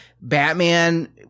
Batman